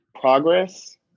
progress